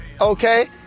okay